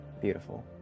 beautiful